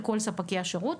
לכל ספקי השירות,